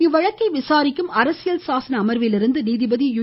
இவ்வழக்கை விசாரிக்கும் அரசியல் சாசன அமர்விலிருந்து நீதிபதி யூ